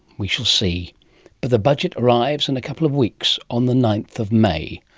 we shall see. but the budget arrives in a couple of weeks on the ninth of may.